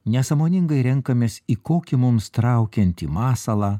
nesąmoningai renkamės į kokį mums traukiantį masalą